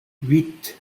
huit